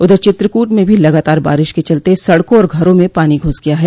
उधर चित्रकूट में भी लगातार बारिश के चलते सड़कों और घरों में पानी घूस गया है